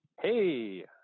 hey